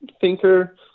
thinker